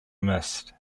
mist